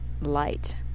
light